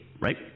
right